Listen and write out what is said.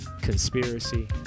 Conspiracy